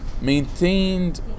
maintained